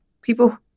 people